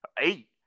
Eight